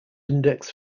index